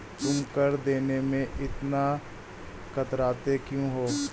तुम कर देने में इतना कतराते क्यूँ हो?